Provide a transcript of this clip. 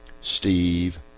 steve